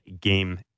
game